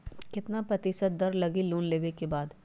कितना प्रतिशत दर लगी लोन लेबे के बाद?